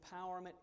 empowerment